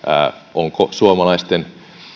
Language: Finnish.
onko suomalaisten